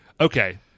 Okay